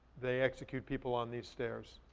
they execute people on these stairs,